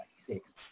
1996